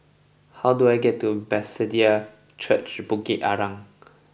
how do I get to Bethesda Church Bukit Arang